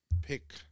pick